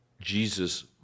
Jesus